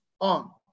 on